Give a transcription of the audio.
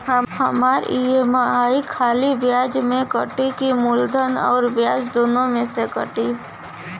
हमार ई.एम.आई खाली ब्याज में कती की मूलधन अउर ब्याज दोनों में से कटी?